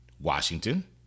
Washington